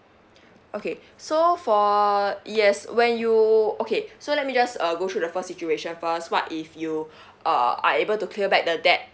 okay so for yes when you okay so let me just uh go through the first situation first what if you uh are able to clear back the debt